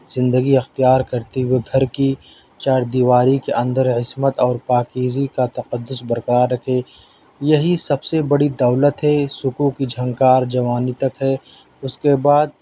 زندگی اختیار کرتے ہوئے گھر کی چہار دیواری کے اندر عصمت اور پاکیزگی کا تقدس برقرار رکھے یہی سب سے بڑی دولت ہے سکوں کی جھنکار جوانی تک ہے اس کے بعد